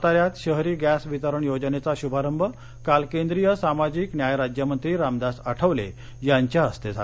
साताऱ्यात शहरी गॅस वितरण योजनेचा श्भारंभ काल केंद्रीय सामाजिक न्याय राज्यमंत्री रामदास आठवले यांच्या हस्ते झाला